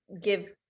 give